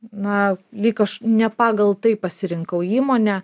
na lyg aš ne pagal tai pasirinkau įmonę